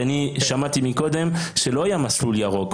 כי אני שמעתי מקודם שלא היה מסלול ירוק,